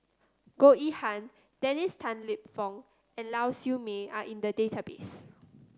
Goh Yihan Dennis Tan Lip Fong and Lau Siew Mei are in the database